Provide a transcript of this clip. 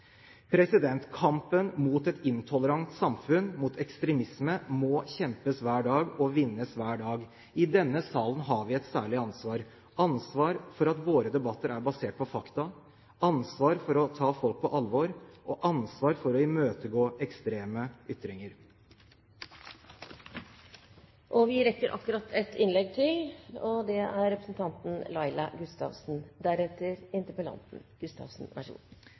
Kampen mot et intolerant samfunn, mot ekstremisme, må kjempes hver dag og vinnes hver dag. I denne salen har vi et særlig ansvar: ansvar for at våre debatter er basert på fakta, ansvar for å ta folk på alvor og ansvar for å imøtegå ekstreme ytringer. Takk til Trine Skei Grande for å sette et viktig tema på agendaen. Takk også til